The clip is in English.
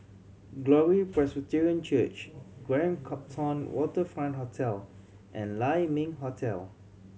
Glory Presbyterian Church Grand Copthorne Waterfront Hotel and Lai Ming Hotel